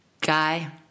guy